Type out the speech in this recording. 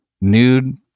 Nude